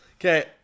Okay